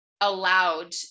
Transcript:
allowed